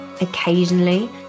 Occasionally